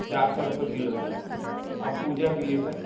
चार सौ रुपए किलो सर अब पूजा के लिए सर